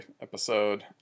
episode